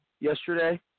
yesterday